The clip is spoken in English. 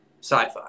sci-fi